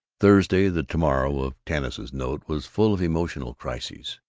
thursday, the to-morrow of tanis's note, was full of emotional crises.